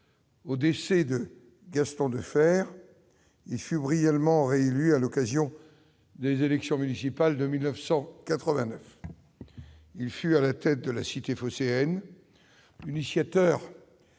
au décès de Gaston Defferre, en 1986, il fut brillamment réélu à l'occasion des élections municipales de 1989. Il fut, à la tête de la cité phocéenne, l'initiateur